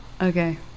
Okay